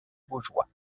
baugeois